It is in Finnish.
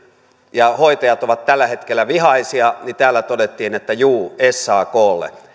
ja hoitajat ovat tällä hetkellä vihaisia jolloin täällä todettiin että juu saklle